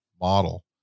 model